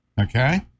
Okay